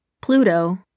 Pluto